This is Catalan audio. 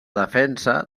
defensa